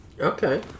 Okay